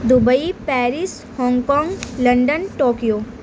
Dubai Paris Hong Kong London Tokyo